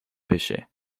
pêchait